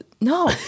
no